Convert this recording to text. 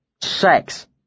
Sex